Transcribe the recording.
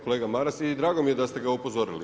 Kolega Maras, i drago mi je da ste ga upozorili.